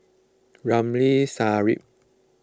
Ramli Sarip